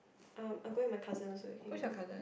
uh I go with my cousin so you can go